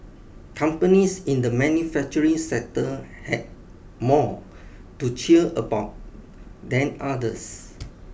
companies in the manufacturing sector had more to cheer about than others